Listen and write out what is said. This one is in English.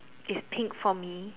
is pink for me